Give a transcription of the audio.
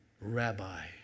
rabbi